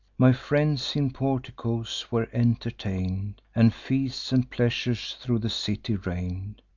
my friends in porticoes were entertain'd, and feasts and pleasures thro' the city reign'd.